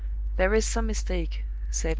there is some mistake,